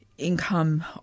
income